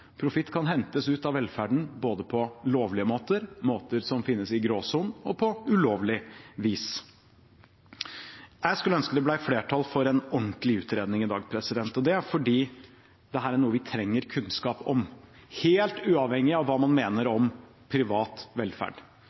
Profitt kan hentes ut av velferden både på lovlige måter, på måter som finnes i gråsonen, og på ulovlig vis. Jeg skulle ønske det ble flertall for en ordentlig utredning i dag, fordi dette er noe vi trenger kunnskap om, helt uavhengig av hva man mener om privat velferd.